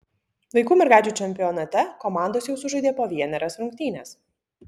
vaikų mergaičių čempionate komandos jau sužaidė po vienerias rungtynes